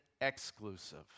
exclusive